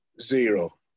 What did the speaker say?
Zero